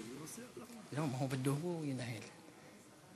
הנושא יועבר לדיון בוועדת הכלכלה.